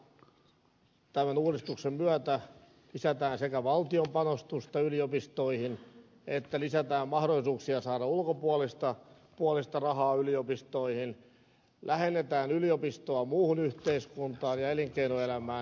aivan lyhyesti sanottuna tämän uudistuksen myötä lisätään sekä valtion panostusta yliopistoihin että lisätään mahdollisuuksia saada ulkopuolista rahaa yliopistoihin lähennetään yliopistoa muuhun yhteiskuntaan ja elinkeinoelämään